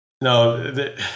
no